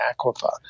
aquifer